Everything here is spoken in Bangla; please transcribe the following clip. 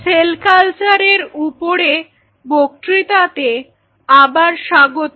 সেল কালচার এর উপরে বক্তৃতাতে আবার স্বাগত